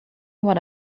what